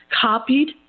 copied